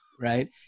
right